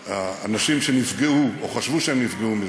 אנשים שנפגעו או חשבו שהם נפגעו מזה,